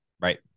Right